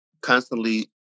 constantly